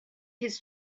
his